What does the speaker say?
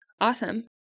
Awesome